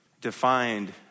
defined